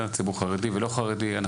הציבור החרדי ולא חרדי.